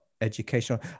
educational